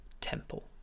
temple